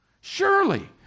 Surely